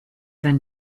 sein